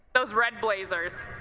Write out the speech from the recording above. those red blazers.